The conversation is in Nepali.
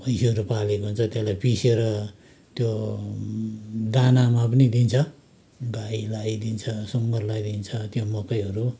भैँसीहरू पालेको हुन्छ त्यसलाई पिसेर त्यो दानामा पनि दिन्छ गाईलाई दिन्छ सुँगुरलाई दिन्छ त्यो मकैहरू